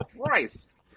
Christ